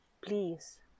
please